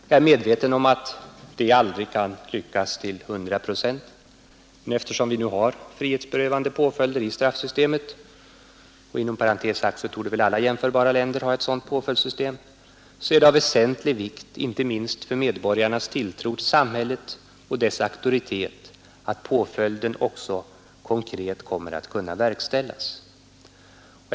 Jag är medveten om att detta aldrig kan lyckas till 100 procent, men eftersom vi nu har frihetsberövande påföljder i straffsystemet — och mförbara länder ha ett sådant på inom parentes sagt torde alla j öljds system — är det av väsentlig vikt inte minst för medborgarnas tilltro till samhället och dess auktoritet att påföljden också konkret kommer att kunna verkställas.